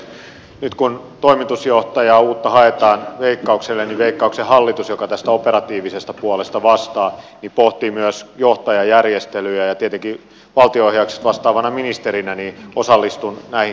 nyt kun uutta toimitusjohtajaa haetaan veikkaukselle niin veikkauksen hallitus joka tästä operatiivisesta puolesta vastaa pohtii myös johtajajärjestelyjä ja tietenkin valtio ohjauksesta vastaavana ministerinä osallistun näihin keskusteluihin